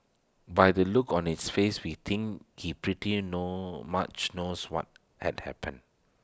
by the look on its face we think he pretty know much knows what had happened